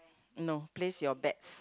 no place your bets